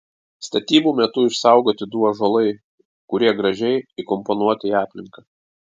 statybų metu išsaugoti du ąžuolai kurie gražiai įkomponuoti į aplinką